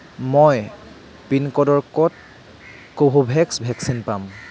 মই পিনক'ডৰ ক'ত কোভোভেক্স ভেকচিন পাম